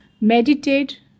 Meditate